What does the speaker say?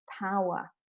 power